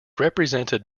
represented